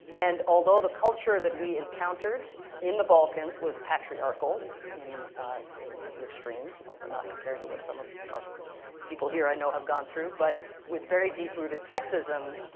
and although the culture that we encountered in the balkans was patriarchal in in the extreme, although not compared to what some of our people here i know have gone through but with very deep-rooted sexism,